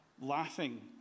laughing